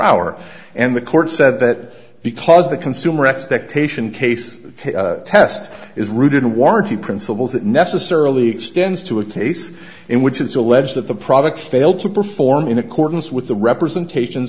hour and the court said that because the consumer expectation case the test is rooted in warranty principles that necessarily extends to a case in which it's alleged that the product failed to perform in accordance with the representation